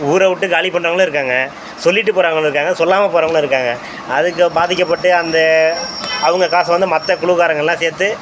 ஊரை உட்டு காலி பண்ணுறவுங்களும் இருக்காங்க சொல்லிவிட்டு போகறவங்களும் இருக்காங்க சொல்லாமல் போகறவங்களும் இருக்காங்க அதுக்கு பாதிக்கப்பட்டு அந்த அவங்க காசை வந்து மற்ற குழுக்காரங்கள்லாம் சேர்த்து